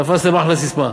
תפסתם אחלה ססמה,